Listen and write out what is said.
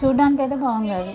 చూడడానికి అయితే బాగుంది అది